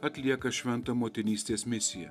atlieka šventą motinystės misiją